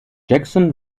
jackson